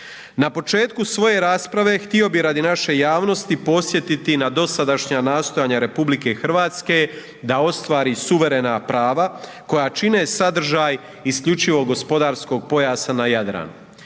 Na početku svoje rasprave htio bih radi naše javnosti podsjetiti na dosadašnja nastojanja Republike Hrvatske da ostvari suverena prava koja čine sadržaj isključivog gospodarskog pojasa na Jadranu.